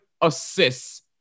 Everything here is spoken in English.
assists